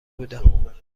بودم